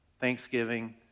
Thanksgiving